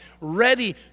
ready